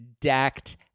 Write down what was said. decked